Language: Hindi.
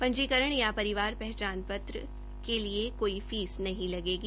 पंजीकरण या परिवार पहचान पत्र के लिए कोई फीस नहीं लगेगी